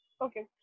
Okay